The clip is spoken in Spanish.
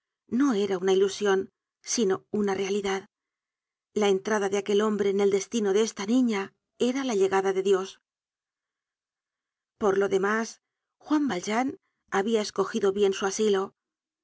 no era una ilusion sino una realidad la entrada de aquel hombre en el destino de esta niña era la llegada de dios por lo demás juan valjean habia escogido bien su asilo